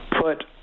put